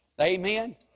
Amen